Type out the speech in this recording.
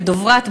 בדברת,